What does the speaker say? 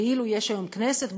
כאילו יש היום כנסת,